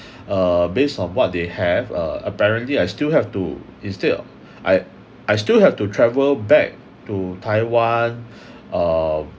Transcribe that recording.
uh based on what they have uh apparently I still have to instead I I still have to travel back to taiwan uh